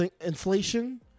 Inflation